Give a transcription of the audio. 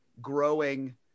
growing